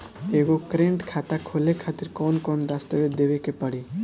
एगो करेंट खाता खोले खातिर कौन कौन दस्तावेज़ देवे के पड़ी?